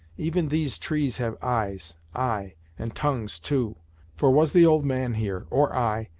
even these trees have eyes ay, and tongues too for was the old man, here, or i,